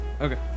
Okay